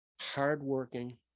hardworking